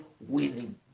winning